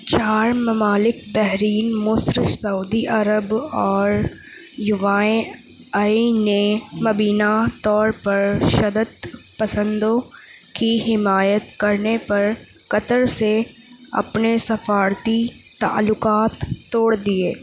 چار ممالک بحرین مصر سعودی عرب اور یوائیں آئی نے مبینہ طور پر شدت پسندوں کی حمایت کرنے پر قطر سے اپنے سفارتی تعلقات توڑ دیے